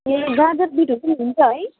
ए गाजर बिटहरू पनि हुन्छ है